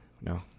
no